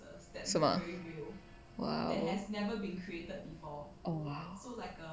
是吗 !wow! oh !wow!